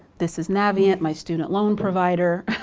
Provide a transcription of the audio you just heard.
this is navient my student loan provider,